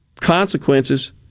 consequences